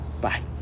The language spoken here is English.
Bye